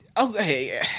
Okay